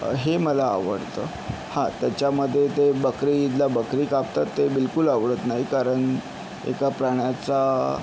हे मला आवडतं हा त्याच्यामध्ये ते बकरी ईदला बकरी कापतात ते बिलकुल आवडत नाही कारण एका प्राण्याचा